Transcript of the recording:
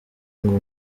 ngo